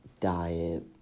diet